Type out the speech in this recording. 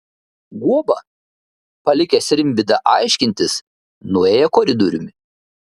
guoba palikęs rimvydą aiškintis nuėjo koridoriumi